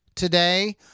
today